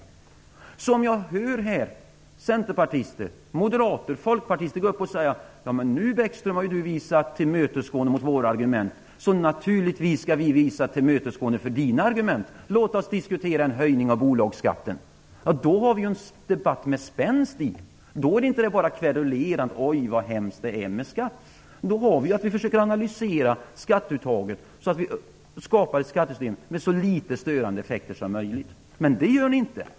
Jag skulle här vilja höra centerpartister, moderater och folkpartister gå upp och säga: Nu, Bäckström, har du visat tillmötesgående mot våra argument, och naturligtvis skall vi visa tillmötesgående mot dina argument. Låt oss diskutera en höjning av bolagsskatten. Det skulle vara en debatt med spänst i. Det skulle inte bara vara ett kverulerande över hur hemskt det är med skatter. Vi skulle då försöka analysera skatteuttaget och skapa ett skattesystem med så litet av störande effekter som möjligt. Men detta gör ni inte.